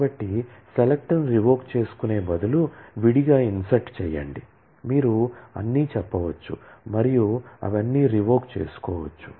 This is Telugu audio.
కాబట్టి SELECT ను రివోక్ చేసుకునే బదులు విడిగా ఇన్సర్ట్ చేయండి మీరు అన్నీ చెప్పవచ్చు మరియు అవన్నీ రివోక్ చేసుకోవచ్చు